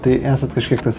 tai esat kažkiek tas